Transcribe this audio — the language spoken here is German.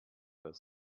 ist